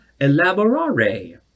elaborare